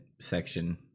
section